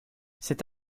cet